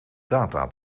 data